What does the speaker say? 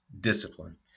discipline